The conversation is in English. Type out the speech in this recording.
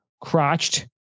Crotched